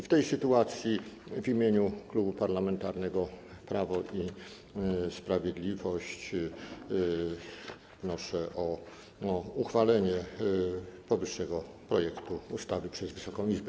W tej sytuacji w imieniu Klubu Parlamentarnego Prawo i Sprawiedliwość wnoszę o uchwalenie powyższego projektu ustawy przez Wysoką Izbę.